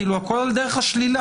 כאילו הכול על דרך השלילה.